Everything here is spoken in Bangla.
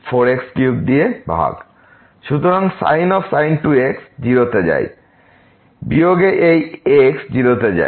সুতরাং sin 2x 0 তে যায় বিয়োগে এই x 0 তে যায়